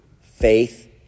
faith